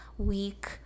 week